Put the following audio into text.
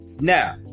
now